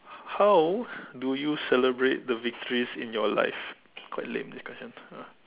how do you celebrate the victories in your life quite lame this question uh